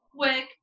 quick